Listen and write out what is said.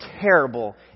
terrible